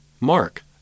Mark